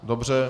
Dobře.